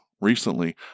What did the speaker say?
Recently